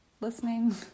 listening